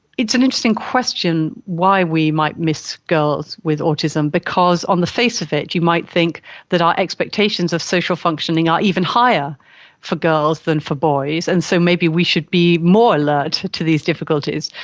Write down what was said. it's interesting question, why we might miss girls with autism, because on the face of it you might think that our expectations of social functioning are even higher for girls than for boys, and so maybe we should be more alert to these difficulties.